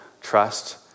trust